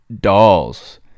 dolls